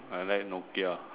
I like Nokia